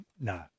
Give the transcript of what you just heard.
No